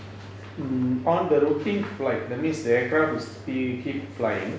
mm on the routine flight that means the aircraft is still keep flying